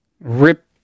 rip